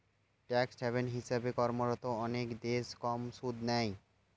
tax haven হিসেবে কর্মরত অনেক দেশ কম সুদ নেয়